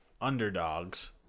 underdogs